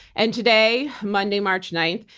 and today, monday, march ninth,